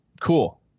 cool